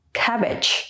cabbage